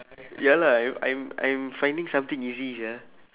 ya lah I I'm I'm finding something easy sia